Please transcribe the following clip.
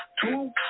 two